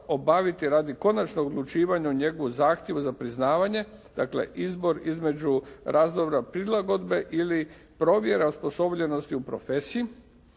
obaviti radi konačnog odlučivanja o njegovom zahtjevu za priznavanje dakle izbor između razdoblja prilagodbe ili provjera ospobljenosti u profesiji,